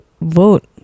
vote